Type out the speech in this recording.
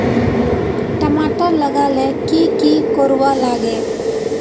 टमाटर लगा ले की की कोर वा लागे?